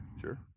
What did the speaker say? sure